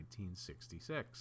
1966